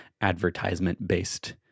advertisement-based